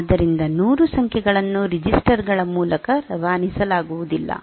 ಆದ್ದರಿಂದ 100 ಸಂಖ್ಯೆಗಳನ್ನು ರೆಜಿಸ್ಟರ್ ಗಳ ಮೂಲಕ ರವಾನಿಸಲಾಗುವುದಿಲ್ಲ